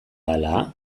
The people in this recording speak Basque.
ala